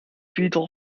wieder